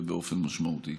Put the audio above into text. ובאופן משמעותי.